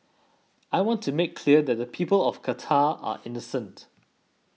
I want to make clear that the people of Qatar are innocent